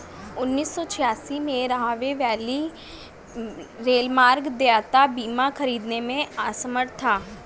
उन्नीस सौ छियासी में, राहवे वैली रेलमार्ग देयता बीमा खरीदने में असमर्थ था